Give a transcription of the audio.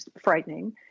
frightening